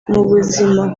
buzima